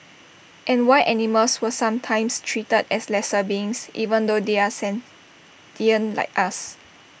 and why animals were sometimes treated as lesser beings even though they are sentient like us